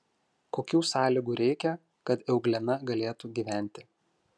kokių sąlygų reikia kad euglena galėtų gyventi